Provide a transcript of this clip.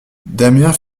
damiens